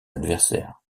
adversaires